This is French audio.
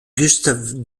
gustave